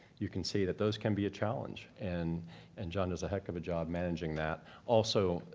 you can see that those can be a challenge and and john does a heck of a job managing that. also,